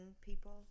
people